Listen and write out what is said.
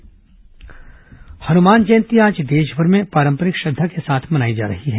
हनुमान जयंती हनुमान जयंती आज देशभर में पारंपरिक श्रद्धा के साथ मनाई जा रही है